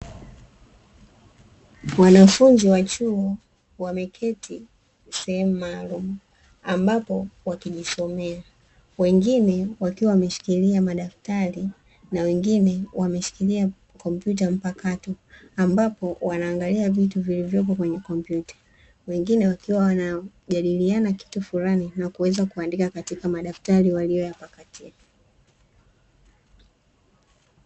Wanafunzi wa chuo wameketi sehemu maalumu, ambapo wakijisomea wengine wakiwa wameshikilia madaftari na wengine wameshikilia kompyuta mpakato, ambapo wanaangalia vitu vilivyopo kwenye kompyuta wengine wakiwa wanajadiliana kitu fulani na kuweza kuandika katika madaftari waliyoyapakatia.